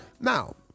Now